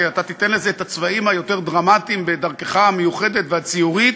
כי אתה תיתן לזה את הצבעים היותר-דרמטיים בדרכך המיוחדת והציורית,